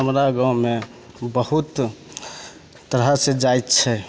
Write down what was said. हमरा गाँवमे बहुत तरहसे जाति छै